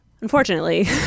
unfortunately